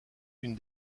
une